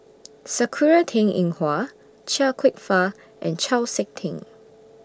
Sakura Teng Ying Hua Chia Kwek Fah and Chau Sik Ting